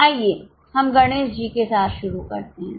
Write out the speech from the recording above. आइए हम गणेश जी के साथ शुरू करते हैं